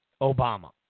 Obama